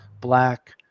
black